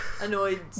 Annoyed